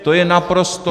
To je naprosto